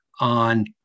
on